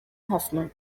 hoffman